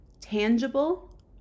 Tangible